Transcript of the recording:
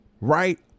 right